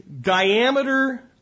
diameter